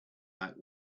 back